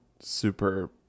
super